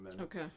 okay